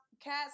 Cats